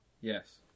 Yes